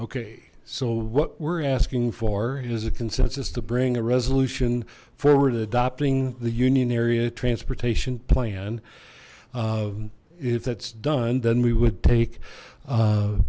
okay so what we're asking for is a consensus to bring a resolution forward adopting the union area transportation plan if that's done then we would take